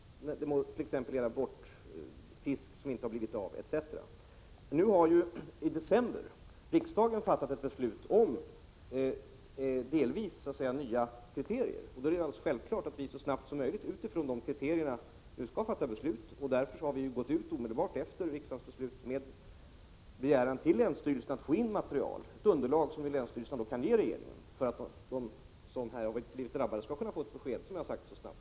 Det må t.ex. gälla fiske som inte har blivit av etc. Nu har riksdagen i december förra året fattat ett beslut om delvis nya kriterier för ersättning. Då vi självfallet skall fatta våra beslut utifrån dessa kriterier så snabbt som möjligt gick vi omedelbart efter riksdagens beslut ut med en begäran till länsstyrelserna om att få material. Länsstyrelserna kan ge regeringen underlag för bedömningen, så att de människor som har blivit drabbade skall kunna få ett besked så snabbt som möjligt.